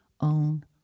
own